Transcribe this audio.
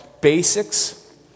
basics